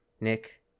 nick